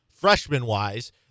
freshman-wise